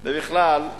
ובכלל,